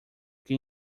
que